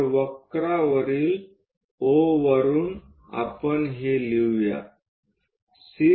तर वक्र वरील O वरुन आपण हे लिहूया